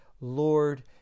Lord